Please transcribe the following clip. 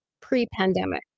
pre-pandemic